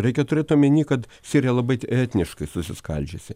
reikia turėt omeny kad sirija labai etniškai susiskaldžiusi